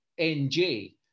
NJ